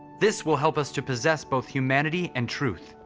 this will help us to possess both humanity and truth.